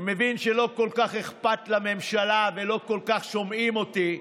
אני מבין שלא כל כך אכפת לממשלה ולא כל כך שומעים אותי.